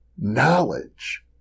knowledge